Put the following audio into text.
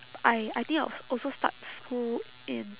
I I think I'll also start school in